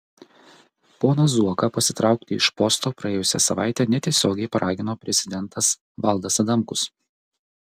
poną zuoką pasitraukti iš posto praėjusią savaitę netiesiogiai paragino prezidentas valdas adamkus